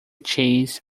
chase